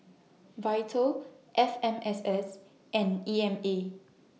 Vital F M S S and E M A